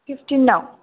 fifty नाव